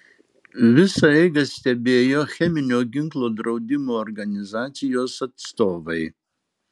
visą eigą stebėjo cheminio ginklo draudimo organizacijos atstovai